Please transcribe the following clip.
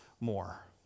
more